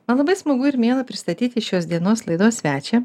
man labai smagu ir miela pristatyti šios dienos laidos svečią